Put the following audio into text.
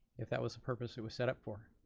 if that was the purpose it was set up for.